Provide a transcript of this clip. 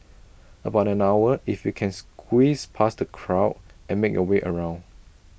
about an hour if you can squeeze past the crowd and make your way around